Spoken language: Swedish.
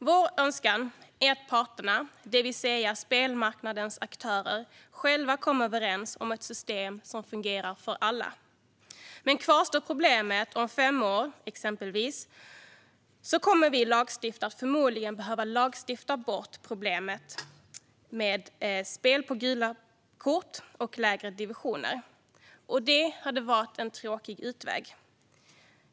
Vår önskan är att parterna, det vill säga spelmarknadens aktörer, själva kommer överens om ett system som fungerar för alla. Om problemet kvarstår om säg fem år kommer vi lagstiftare förmodligen att behöva lagstifta bort problemen med spel på gula kort och lägre divisioner. Det vore en tråkig utväg.